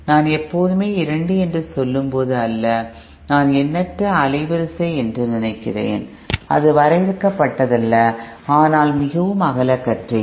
நான் எப்போதுமே II என்று சொல்லும்போது அல்ல நான் எண்ணற்ற அலைவரிசை என்று நினைக்கிறேன் அது வரையறுக்கப்பட்டதல்ல ஆனால் மிகவும் அகலக்கற்றை